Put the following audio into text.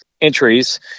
entries